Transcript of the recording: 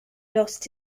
lost